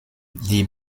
die